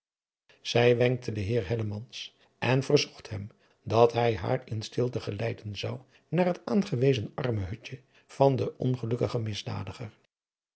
zij wenkte den heer hellemans en verzocht hem dat hij haar in stilte geleiden zou naar het aangewezen arme hutje van den ongelukkigen misdadiger